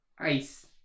ice